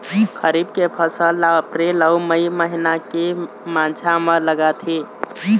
खरीफ के फसल ला अप्रैल अऊ मई महीना के माझा म लगाथे